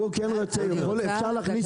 אנחנו יכולים להיכנס